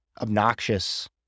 obnoxious